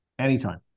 Anytime